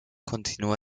continue